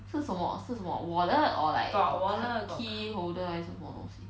是什么是什么 wallet or like car~ key holder 还是什么东西